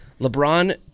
LeBron